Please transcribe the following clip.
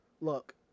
Look